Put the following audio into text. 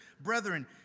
brethren